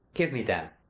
give me them.